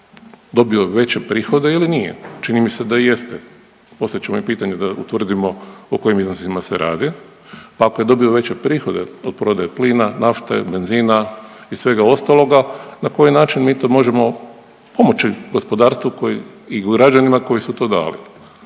dobio veće prihode ili nije, čini mi se da jeste, postavit ću vam i pitanje da utvrdimo o kojim iznosima se radi, pa ako je dobio veće prihode od prodaje plina, nafte, benzina i svega ostaloga na koji način mi to možemo pomoći gospodarstvu i građanima koji su to dali.